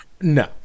no